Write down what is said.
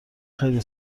خیلی